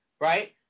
right